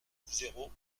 zéro